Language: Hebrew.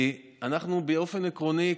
באופן עקרוני,